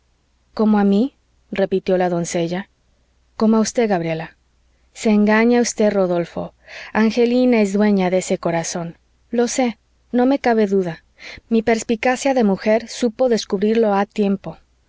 cómo a mí repitió la doncella cómo a usted gabriela se engaña usted rodolfo angelina es dueña de ese corazón lo sé no me cabe duda mi perspicacia de mujer supo descubrirlo ha tiempo